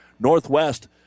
Northwest